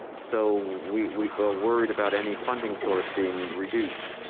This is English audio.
so we we ah worried about any funding source being reduced.